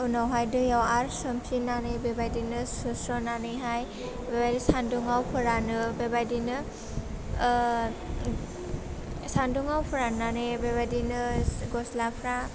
उनावहाइ दैयाव आर सोमफिन्नानै बेबायदिनो सोस्रुनानैहाइ बेबायदि सान्दुङाव फोरानो बेबायदिनो ओह सान्दुङाव फोरान्नानै बेबायदिनो गस्लाफ्रा